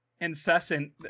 incessant